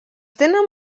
tenen